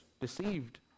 deceived